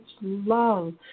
love